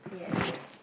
okay